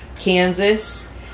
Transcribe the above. Kansas